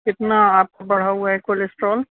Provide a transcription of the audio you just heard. کتنا آپ کو بڑھا ہوا ہے کولسٹرال